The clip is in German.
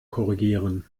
korrigieren